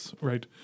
Right